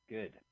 Good